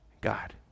God